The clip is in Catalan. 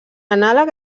anàleg